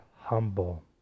humble